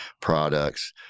products